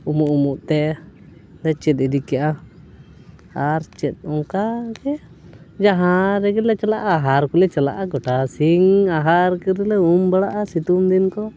ᱩᱢᱩᱜ ᱩᱢᱩᱜ ᱛᱮᱞᱮ ᱪᱮᱫ ᱤᱫᱤ ᱠᱮᱜᱼᱟ ᱟᱨ ᱪᱮᱫ ᱚᱱᱠᱟ ᱜᱮ ᱡᱟᱦᱟᱸ ᱨᱮᱜᱮᱞᱮ ᱪᱟᱞᱟᱜᱼᱟ ᱟᱦᱟᱨ ᱠᱚᱞᱮ ᱪᱟᱞᱟᱜᱼᱟ ᱜᱚᱴᱟ ᱥᱤᱧ ᱨᱮᱞᱮ ᱩᱢ ᱵᱟᱲᱟᱜᱼᱟ ᱥᱤᱛᱩᱝ ᱫᱤᱱ ᱠᱚ